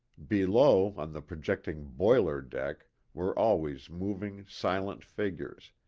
below on the projecting boiler-deck were always mov ing silent figures,